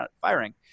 firing